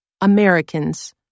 Americans